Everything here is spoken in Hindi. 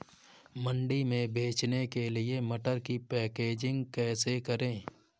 मंडी में बेचने के लिए मटर की पैकेजिंग कैसे करें?